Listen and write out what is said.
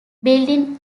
building